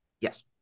yes